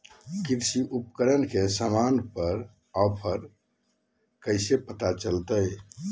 कृषि उपकरण के सामान पर का ऑफर हाय कैसे पता चलता हय?